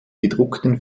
gedruckten